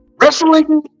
wrestling